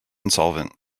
insolvent